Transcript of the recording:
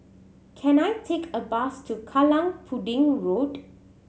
can I take a bus to Kallang Pudding Road